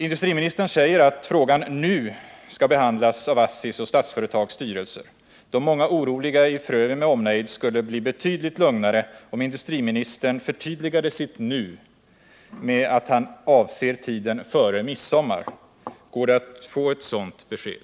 Industriministern säger att frågan nu skall behandlas av ASSI:s och Statsföretags styrelser. De många oroliga i Frövi med omnejd skulle bli betydligt lugnare om industriministern förtydligade sitt ”nu” med att han därmed avser tiden före midsommar. Går det att få ett sådant besked?